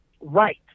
Right